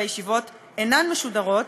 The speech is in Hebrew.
והישיבות אינן משודרות.